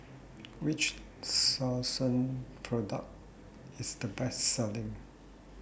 Which Selsun Product IS The Best Selling